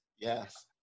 Yes